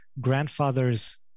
Grandfathers